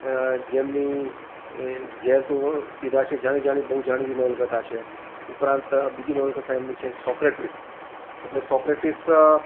જેમની ઝેર તો પીધાં છે જાણી જાણી બહું જાણીતી નવલકથા છે ઉપરાંત બીજી નવલકથા એમની છે સોક્રેટિસ એટલે સોક્રેટિસ